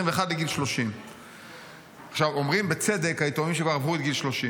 לגיל 30. אומרים בצדק היתומים שכבר עברו את גיל 30: